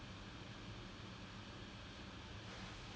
but I don't want to do a வேலை:velai that I'm not good at